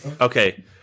Okay